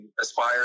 aspire